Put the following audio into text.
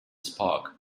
spark